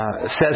says